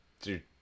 dude